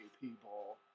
people